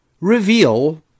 reveal